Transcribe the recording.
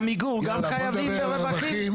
עמיגור גם חייבים ברווחים?